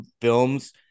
films